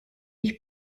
ich